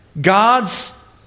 God's